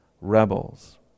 rebels